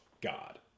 God